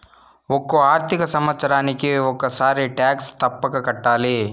ఒక్కో ఆర్థిక సంవత్సరానికి ఒక్కసారి టాక్స్ తప్పక కట్టాలి